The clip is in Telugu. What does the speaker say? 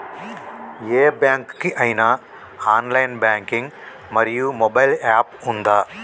ఏ బ్యాంక్ కి ఐనా ఆన్ లైన్ బ్యాంకింగ్ మరియు మొబైల్ యాప్ ఉందా?